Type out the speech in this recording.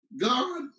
God